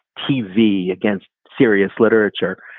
tv against serious literature